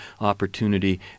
opportunity